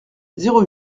zéro